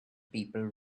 people